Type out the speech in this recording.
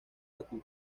bakú